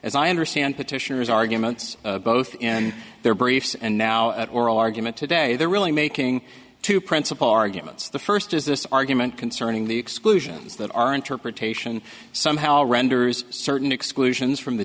as i understand petitioners arguments both in their briefs and now at oral argument today they're really making two principal arguments the first is this argument concerning the exclusions that our interpretation somehow renders certain exclusions from the